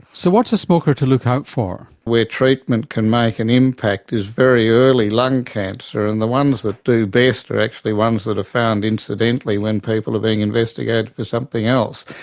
so what's a smoker to look out for? where treatment can make an impact is very early lung cancer, and the ones that do best are actually ones that are found incidentally when people are being investigated for something else.